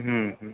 হুম হুম